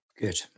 Good